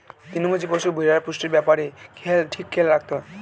তৃণভোজী পশু, ভেড়ার পুষ্টির ব্যাপারে ঠিক খেয়াল রাখতে হয়